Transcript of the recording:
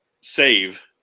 SAVE